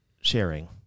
sharing